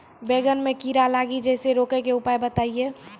बैंगन मे कीड़ा लागि जैसे रोकने के उपाय बताइए?